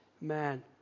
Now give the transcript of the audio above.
man